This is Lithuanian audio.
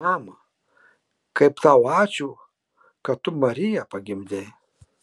mama kaip tau ačiū kad tu mariją pagimdei